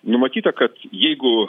numatyta kad jeigu